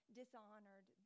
dishonored